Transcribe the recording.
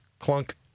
clunk